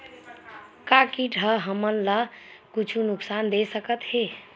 का कीट ह हमन ला कुछु नुकसान दे सकत हे?